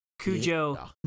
Cujo